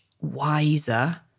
wiser